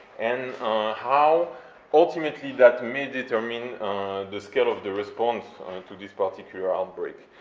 and how ultimately that may determine the scale of the response to this particular outbreak.